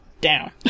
down